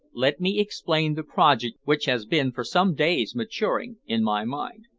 let me explain the project which has been for some days maturing in my mind.